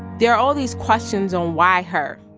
there all these questions on, why her?